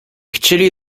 chcieli